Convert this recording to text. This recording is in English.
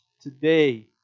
today